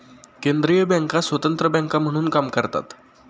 केंद्रीय बँका स्वतंत्र बँका म्हणून काम करतात